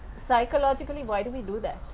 psychologically why do we do that.